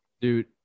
dude